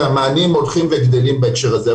והמענים הולכים וגדלים בהקשר הזה.